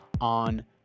on